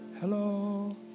Hello